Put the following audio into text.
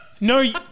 No